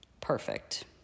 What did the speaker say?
Perfect